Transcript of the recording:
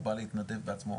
הוא בא להתנדב בעצמו,